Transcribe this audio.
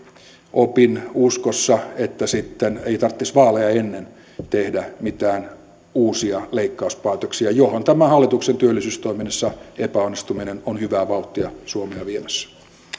opin uskossa että sitten ei tarvitsisi vaaleja ennen tehdä mitään uusia leikkauspäätöksiä mihin tämä hallituksen työllisyystoiminnassa epäonnistuminen on hyvää vauhtia suomea viemässä